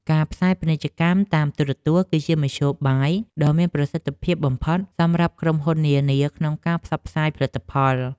ការផ្សាយពាណិជ្ជកម្មតាមទូរទស្សន៍ គឺជាមធ្យោបាយដ៏មានប្រសិទ្ធភាពបំផុតសម្រាប់ក្រុមហ៊ុននានាក្នុងការផ្សព្វផ្សាយផលិតផល។